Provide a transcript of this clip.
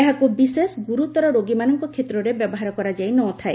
ଏହାକୁ ବିଶେଷ ଗୁରୁତର ରୋଗୀମାନଙ୍କ କ୍ଷେତ୍ରରେ ବ୍ୟବହାର କରାଯାଇନଥାଏ